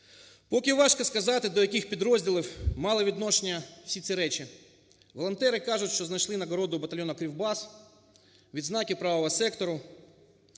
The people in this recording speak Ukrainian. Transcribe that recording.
Поки важко сказати, до яких підрозділів мали відношення всі ці речі. Волонтери кажуть, що знайшли нагороду батальйону "Кривбас", відзнаки "Правого сектору".